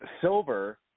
Silver